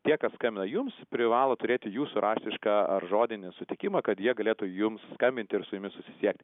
tie kas skambina jums privalo turėti jūsų raštišką ar žodinį sutikimą kad jie galėtų jums skambinti ir su jumis susisiekti